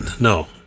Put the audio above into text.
No